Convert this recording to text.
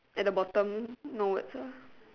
at the bottom no words ah